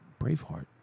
Braveheart